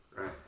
Right